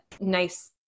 nice